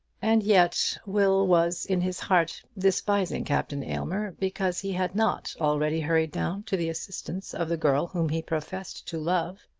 and yet will was in his heart despising captain aylmer because he had not already hurried down to the assistance of the girl whom he professed to love.